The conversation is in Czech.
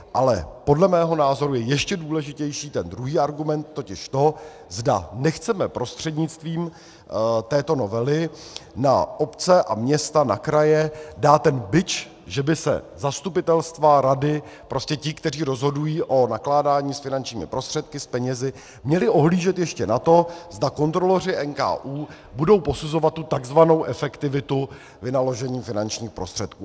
Ale podle mého názoru je ještě důležitější ten druhý argument, totiž to, zda nechceme prostřednictvím této novely na obce a města, na kraje dát ten bič, že by se zastupitelstva, rady, prostě ti, kteří rozhodují o nakládání s finančními prostředky, s penězi, měli ohlížet ještě na to, zda kontroloři NKÚ budou posuzovat tu takzvanou efektivitu vynaložených finančních prostředků.